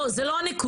לא, זאת לא הנקודה.